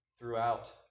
throughout